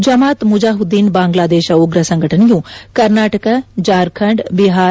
ಜಮಾತ್ ಮುಜಾಹಿದ್ದೀನ್ ಬಾಂಗ್ವಾದೇಶ ಉಗ್ರ ಸಂಘಟನೆಯು ಕರ್ನಾಟಕ ಜಾರ್ಖಂಡ್ ಬಿಹಾರ